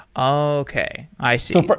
ah okay. i see.